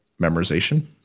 memorization